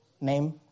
name